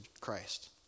Christ